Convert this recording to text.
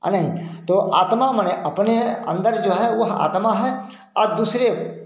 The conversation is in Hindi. आ नहीं तो आत्मा मने अपने अन्दर जो है वह आत्मा है और दूसरे